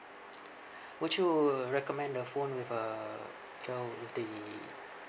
would you recommend the phone with uh you know with the